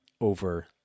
over